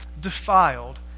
defiled